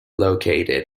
located